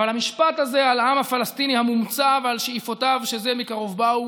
אבל המשפט הזה על העם הפלסטיני המומצא ועל שאיפותיו שזה מקרוב באו